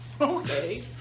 Okay